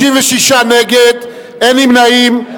56 נגד, אין נמנעים.